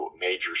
major